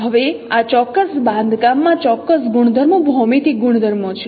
હવે આ ચોક્કસ બાંધકામમાં ચોક્કસ ગુણધર્મો ભૌમિતિક ગુણધર્મો છે